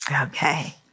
Okay